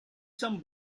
some